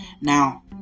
Now